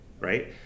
right